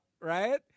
right